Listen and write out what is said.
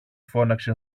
φώναξε